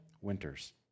Winters